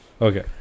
Okay